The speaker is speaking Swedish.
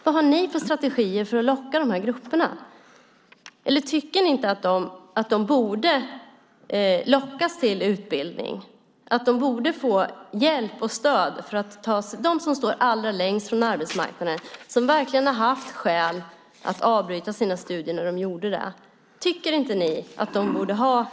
Vad har ni för strategier för att locka de här grupperna, eller tycker ni inte att de som står allra längst från arbetsmarknaden och som verkligen har haft skäl att avbryta sina studier när de gjorde det borde lockas till utbildning, att de borde få hjälp och stöd?